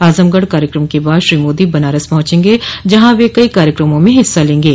आजमगढ़ कार्यक्रम के बाद श्री मोदी बनारस पहुंचेंगे जहां वह कई कार्यक्रमों में हिस्सा लेंगे